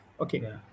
Okay